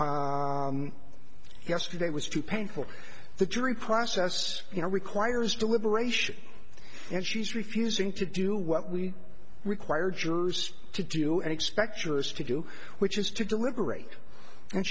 yesterday was too painful the jury process you know requires deliberation and she's refusing to do what we require jurors to do and expect jurors to do which is to deliberate and